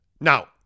Now